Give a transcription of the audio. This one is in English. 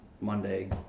Monday